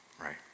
right